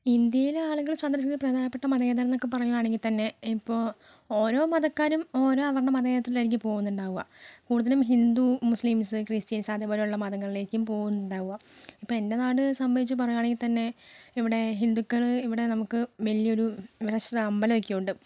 ഇന്ത്യയിലെ ആളുകൾ സന്ദർശിക്കുന്ന പ്രധാനപ്പെട്ട മതകേന്ദ്രം എന്നൊക്കെ പറയുവാണെങ്കിൽ തന്നെ ഇപ്പോൾ ഓരോ മതക്കാരും ഓരോ അവരുടെ മതകേന്ദ്രത്തിലായിരിക്കും പോവുന്നുണ്ടാവുക കൂടുതലും ഹിന്ദു മുസ്ലിംസ് ക്രിസ്ത്യൻസ് അതേപോലെ ഉള്ള മതങ്ങളിലേക്കും പോവുന്നുണ്ടാവുക ഇപ്പം എൻ്റെ നാട് സംബന്ധിച്ച് പറയുവാണെങ്കിൽ തന്നെ ഇവിടെ ഹിന്ദുക്കൾ ഇവിടെ നമുക്ക് വലിയൊരു പ്രശസ്ത അമ്പലം ഒക്കെയുണ്ട്